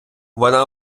вона